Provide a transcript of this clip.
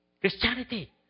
Christianity